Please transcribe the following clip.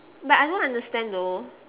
but I don't understand though